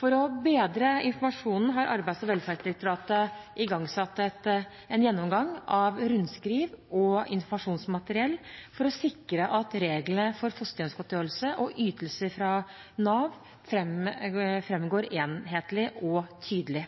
For å bedre informasjonen har Arbeids- og velferdsdirektoratet igangsatt en gjennomgang av rundskriv og informasjonsmateriell for å sikre at reglene for fosterhjemsgodtgjørelse og ytelser fra Nav framgår enhetlig og tydelig.